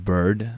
Bird